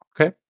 Okay